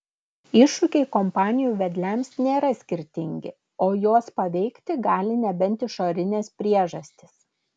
iššūkiai kompanijų vedliams nėra skirtingi o juos paveikti gali nebent išorinės priežastys